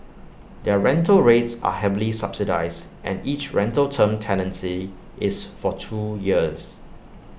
their rental rates are heavily subsidised and each rental term tenancy is for two years